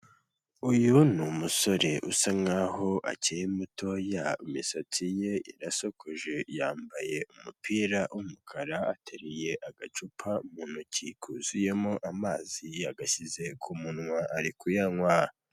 Uyu ni umusore usa nkaho akiri mutoya, imisatsi ye irasokoje, yambaye umupira w'umukara, ateruye agacupa mu ntoki kuzuyemo amazi, yagashyize ku munwa ari kuyanywa.